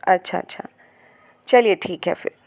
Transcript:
अच्छा अच्छा चलिए ठीक है फिर